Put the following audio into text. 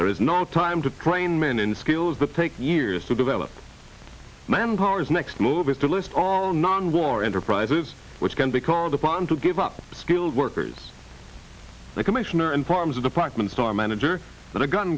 there is no time to train men in skills that take years to develop manpower's next move is to list all non war enterprises which can be called upon to give up skilled workers the commissioner and farms a department store manager